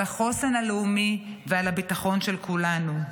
על החוסן הלאומי ועל הביטחון של כולנו.